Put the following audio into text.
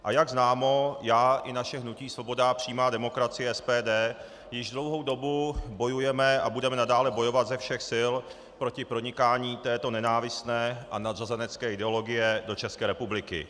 A jak známo, já i naše hnutí Svoboda a přímá demokracie SPD již dlouhou dobu bojujeme a budeme nadále bojovat ze všech sil proti pronikání této nenávistné a nadřazenecké ideologie do České republiky.